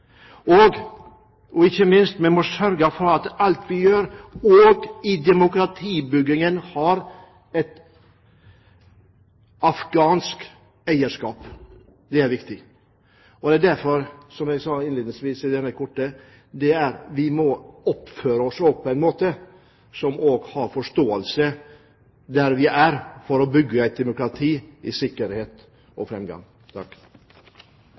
Og ikke minst: Vi må sørge for at alt vi gjør, også i demokratibyggingen, har et afghansk eierskap. Det er viktig, og det er derfor – som jeg sa innledningsvis – vi må oppføre oss på en måte som viser forståelse for der vi er, for å kunne bygge et demokrati i sikkerhet og fremgang.